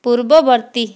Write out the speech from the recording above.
ପୂର୍ବବର୍ତ୍ତୀ